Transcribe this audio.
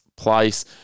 place